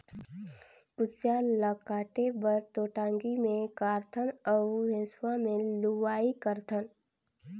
कुसियार ल काटे बर तो टांगी मे कारथन अउ हेंसुवा में लुआई करथन